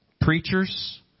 preachers